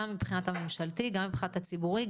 גם מבחינת הממשלתי וגם מבחינת הציבורי,